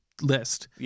list